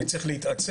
אני צריך להתעצם.